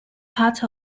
part